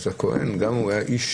אז הכהן גם אם הוא איש,